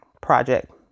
project